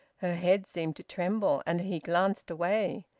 her head seemed to tremble, and he glanced away.